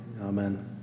amen